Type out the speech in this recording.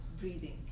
breathing